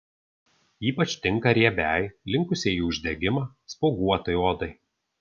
ypač tinka riebiai linkusiai į uždegimą spuoguotai odai